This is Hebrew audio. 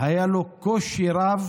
היה קושי רב